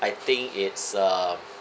I think it's uh